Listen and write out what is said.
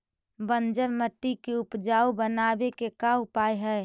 बंजर मट्टी के उपजाऊ बनाबे के का उपाय है?